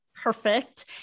Perfect